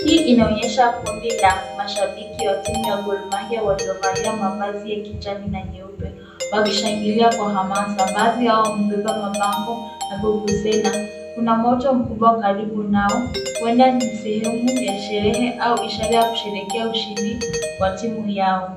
Hii inaonyesha kundi la mashabiki wa timu ya Gor Mahia waliovalia mavazi ya kijani na nyeupe, wakishangilia kwa hamasa. Baadhi yao wamebeba mabango na vuvuzela. Kuna moto mkubwa karibu nao, huenda ni sehemu ya sherehe au ishara ya kusherehekea ushindi wa timu yao.